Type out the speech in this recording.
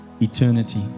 eternity